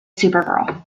supergirl